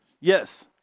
Yes